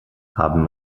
haben